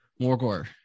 Morgor